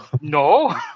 No